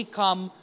come